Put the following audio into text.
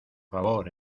favor